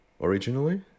Originally